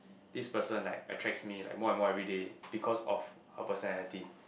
this person like attracts me like more and more everyday because of her personality